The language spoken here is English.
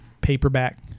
paperback